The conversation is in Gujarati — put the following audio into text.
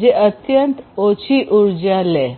જે અત્યંત ઓછી ઉર્જા લેશે